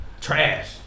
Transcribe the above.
Trash